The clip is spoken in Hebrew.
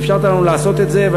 ואפשרת לנו לעשות את זה,